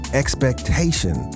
expectation